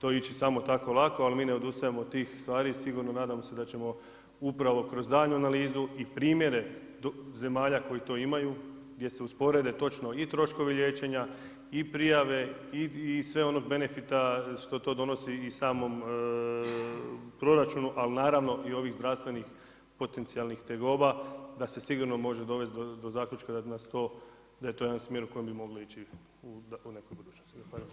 to ići samo tako lako, ali mi ne odustajemo od tih stvari i sigurno nadamo se da ćemo upravo kroz daljnju analizu i primjere zemalja koje to imaju, gdje se usporede točno i troškovi liječenja i prijave i sveg onog benefita što to donosi i samom proračunu, ali naravno i ovih zdravstvenih potencijalnih tegoba da se sigurno može dovesti do zaključka da nas to, da je to jedan smjer u kojem bi mogli ići u nekoj budućnosti.